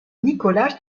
nikolaï